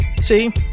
See